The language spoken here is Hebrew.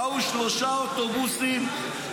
באו שלושה אוטובוסים,